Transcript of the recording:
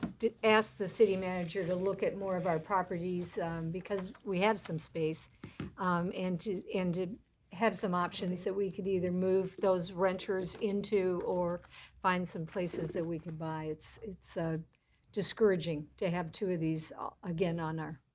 to ask the city manager to look at more of our properties because we had some space and to and have some options so we could either move those renters into or find some places that we could buy. it's it's ah discouraging to have two of these again on our